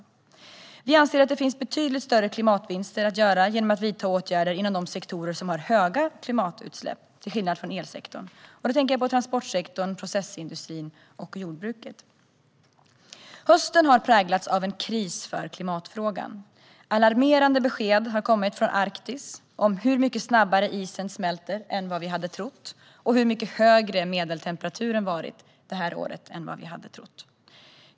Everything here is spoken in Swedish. Liberalerna anser att det finns betydligt större klimatvinster att göra genom att vidta åtgärder inom de sektorer som har höga klimatutsläpp, till skillnad från elsektorn. Jag tänker på transportsektorn, processindustrin och jordbruket. Hösten har präglats av en kris för klimatfrågan. Alarmerande besked har kommit från Arktis om hur mycket snabbare isen smälter än vad vi hade trott och hur mycket högre medeltemperaturen har varit det här året än vad vi hade trott.